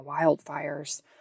wildfires